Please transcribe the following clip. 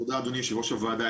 תודה רבה אדוני יושב ראש הוועדה.